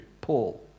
Paul